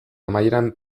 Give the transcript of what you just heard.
amaieran